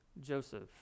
Joseph